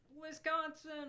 Wisconsin